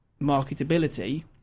marketability